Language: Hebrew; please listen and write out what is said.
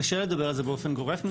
קשה לדבר על זה באופן גורף,